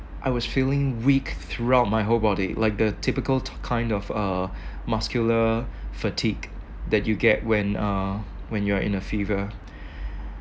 I was feeling weak throughout my whole body like the typical to kind of a muscular fatigue that you get when uh when you are in a fever